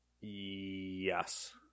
Yes